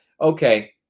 okay